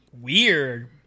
Weird